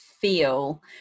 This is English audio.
feel